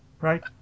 right